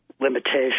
limitation